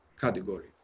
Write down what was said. category